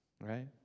right